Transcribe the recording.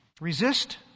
Resist